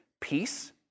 peace